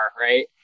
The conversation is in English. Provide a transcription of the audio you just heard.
right